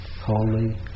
holy